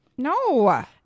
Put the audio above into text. No